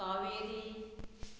Kaveri